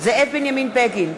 זאב בנימין בגין,